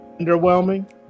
underwhelming